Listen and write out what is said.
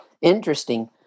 Interesting